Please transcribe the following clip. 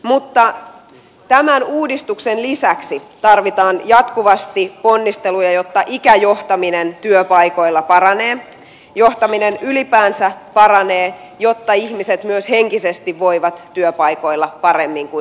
mutta tämän uudistuksen lisäksi tarvitaan jatkuvasti ponnisteluja jotta ikäjohtaminen työpaikoilla paranee johtaminen ylipäänsä paranee jotta ihmiset myös henkisesti voivat työpaikoilla paremmin kuin nykyään